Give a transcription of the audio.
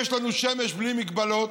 יש לנו שמש בלי מגבלות,